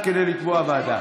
כדי לקבוע ועדה.